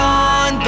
on